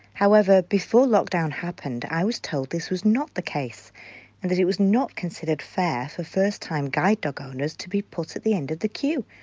however, before lockdown happened, i was told this was not the case and that it was not considered fair for first time guide dog owners to be put at the end of the queue.